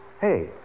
Hey